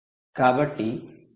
కాబట్టి ఇది మీ పాయింట్ y అందాము